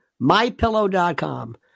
MyPillow.com